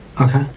Okay